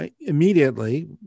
Immediately